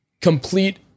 complete